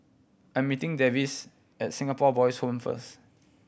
I'm meeting Davis at Singapore Boys' Home first